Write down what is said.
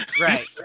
right